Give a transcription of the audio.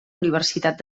universitat